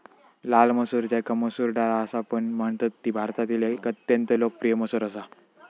लाल मसूर ज्याका मसूर डाळ असापण म्हणतत ती भारतातील एक अत्यंत लोकप्रिय मसूर असा